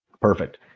Perfect